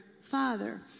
father